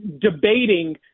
debating